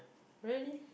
really